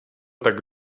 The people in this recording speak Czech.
tak